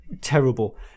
terrible